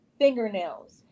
fingernails